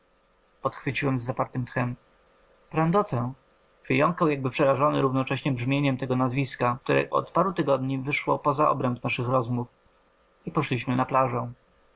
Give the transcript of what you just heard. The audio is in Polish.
kogo podchwyciłem z zapartym tchem prandotę wyjąkał jakby przerażony równocześnie brzmieniem tego nazwiska które od paru tygodni wyszło poza obręb naszych rozmów i poszliśmy na plażę